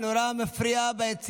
חברים, זה נורא נורא מפריע ביציע.